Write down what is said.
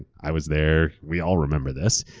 i was there. we all remember this.